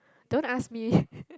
don't ask me